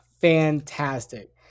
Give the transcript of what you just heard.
fantastic